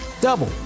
double